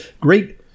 great